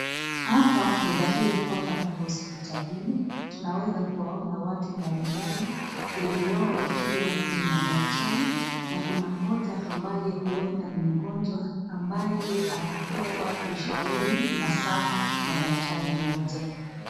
Hapa ni dhahiri kwamba ni hospitalini, tunaweza kuona watu mbali mbali, wengi wao wakiwa ni madaktari na kuna mmoja ambaye huenda ni mgonjwa ambaye anapewa ushauri nasaha na daktari mmoja.